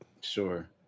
Sure